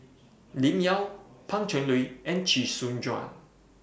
Lim Yau Pan Cheng Lui and Chee Soon Juan